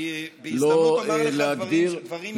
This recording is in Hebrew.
אני בהזדמנות אומר לך דברים,